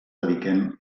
dediquem